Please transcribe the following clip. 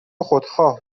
خودخواه